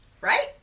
right